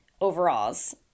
overalls